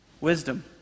Wisdom